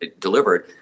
delivered